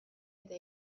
eta